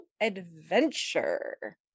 Adventure